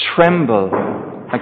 tremble